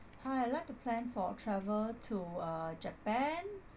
hi I like to plan for travel to uh japan